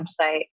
website